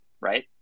right